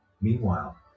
Meanwhile